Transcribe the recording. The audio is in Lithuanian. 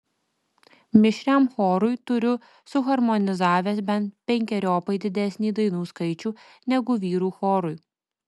mišriam chorui turiu suharmonizavęs bent penkeriopai didesnį dainų skaičių negu vyrų chorui